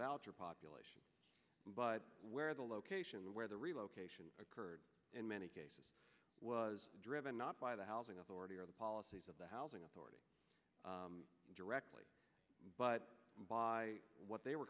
voucher population but where the location where the relocation occurred in many cases was driven not by the housing authority or the policies of the housing authority directly but by what they were